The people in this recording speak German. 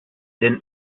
den